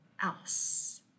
else